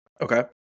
Okay